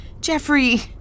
Jeffrey